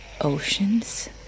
oceans